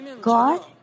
God